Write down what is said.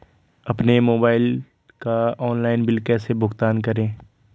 अपने मोबाइल का online bill कैसे भुगतान करूं?